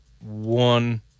one